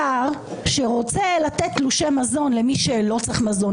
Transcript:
שר שרוצה לתת תלושי מזון למי שלא צריך מזון,